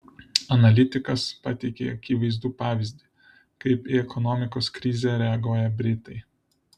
analitikas pateikia akivaizdų pavyzdį kaip į ekonomikos krizę reaguoja britai